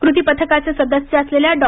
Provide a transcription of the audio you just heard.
कृती पथकाचे सदस्य असलेल्या डॉ